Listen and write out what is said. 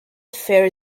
affair